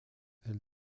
elle